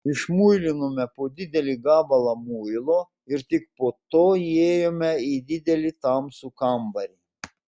išmuilinome po didelį gabalą muilo ir tik po to įėjome į didelį tamsų kambarį